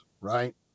right